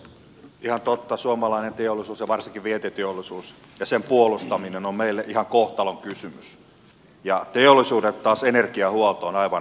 ihan totta suomalainen teollisuus ja varsinkin vientiteollisuus ja sen puolustaminen on meille ihan kohtalonkysymys ja teollisuudelle taas energiahuolto on aivan avainasemassa